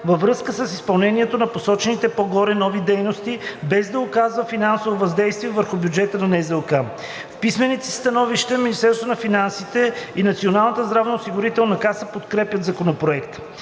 във връзка с изпълнението на посочените по-горе нови дейности, без да оказва финансово въздействие върху бюджета на НЗОК. В писмените си становища Министерството на финансите и Националната здравноосигурителна каса подкрепят Законопроекта.